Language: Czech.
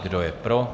Kdo je pro?